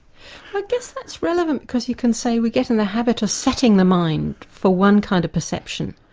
but guess that's relevant, because you can say we get in the habit of setting the mind for one kind of perception,